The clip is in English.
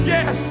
Yes